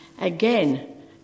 Again